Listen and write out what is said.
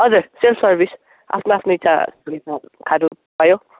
हजुर self service आफ्नो आफ्नो इच्छा अनुसार खानु पायो